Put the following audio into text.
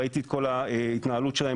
ראיתי את כל ההתנהלות שלהם,